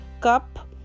cup